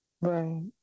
right